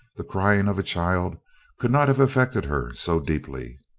the crying of a child could not have affected her so deeply.